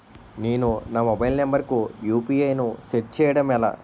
నేను నా mobile number కుయు.పి.ఐ ను సెట్ చేయడం ఎలా?